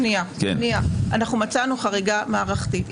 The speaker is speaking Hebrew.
מצאנו חריגה מערכתית.